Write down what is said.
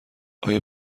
آیا